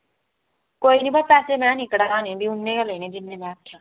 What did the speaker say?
कोई निं पर पैसे मैं निं घटाने भी उन्ने गै लैने जिन्ने में आखेआ